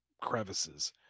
crevices